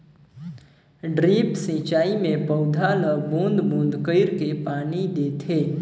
drip सिंचई मे पउधा ल बूंद बूंद कईर के पानी देथे